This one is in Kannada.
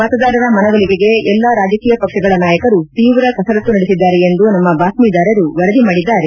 ಮತದಾರರ ಮನವೊಲಿಕೆಗೆ ಎಲ್ಲ ರಾಜಕೀಯ ಪಕ್ಷಗಳ ನಾಯಕರು ತೀವ್ರ ಕಸರತ್ತು ನಡೆಸಿದ್ದಾರೆ ಎಂದು ನಮ್ನ ಬಾತ್ತೀದಾರರು ವರದಿ ಮಾಡಿದ್ದಾರೆ